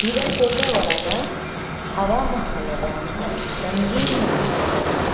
ಬೀದರ್ ಕೋಟೆ ಒಳಗೆ ಹವಾ ಮಹಲದ ರಂಗೀನ್ ಮಹಲದ